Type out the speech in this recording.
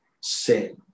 sin